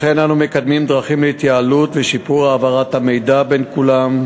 לכן אנו מקדמים דרכים להתייעלות ולשיפור העברת המידע בין כולם,